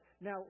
Now